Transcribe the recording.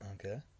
okay